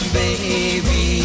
baby